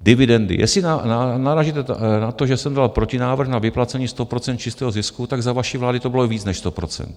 Dividendy jestli narážíte na to, že jsem dal protinávrh na vyplacení 100 % čistého zisku, za vaší vlády to bylo víc než 100 %.